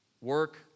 work